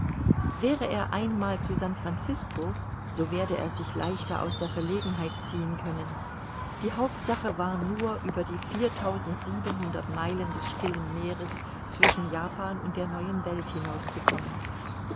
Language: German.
wäre er einmal zu san francisco so werde er sich leichter aus der verlegenheit ziehen können die hauptsache war nur über die viertausendsiebenhundert meilen des stillen meeres zwischen japan und der neuen welt hinauszukommen